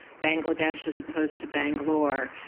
bangladesh as opposed to bangalore,